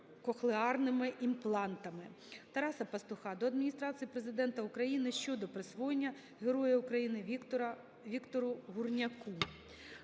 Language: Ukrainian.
кохлеарними імплантами. Тараса Пастуха до Адміністрації Президента України щодо присвоєння Героя України Віктору Гурняку.